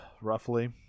Roughly